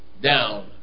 down